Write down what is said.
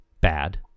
bad